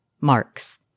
marks